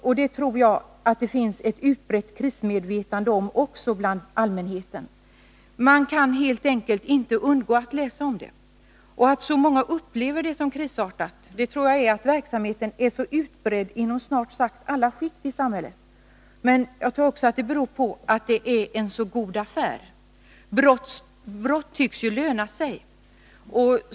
Bland allmänheten finns ett utbrett medvetande också om den kris som råder där. Man kan helt enkelt inte undgå att läsa om den. Och att så många upplever den utvecklingen som krisartad tror jag beror på att den illegala verksamheten är så utbredd inom snart sagt alla skikt i samhället men också på att den är en så god affär. Brott tycks ju löna sig.